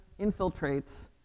infiltrates